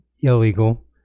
illegal